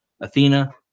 Athena